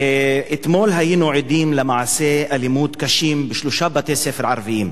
אתמול היינו עדים למעשי אלימות קשים בשלושה בתי-ספר ערביים,